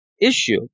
issue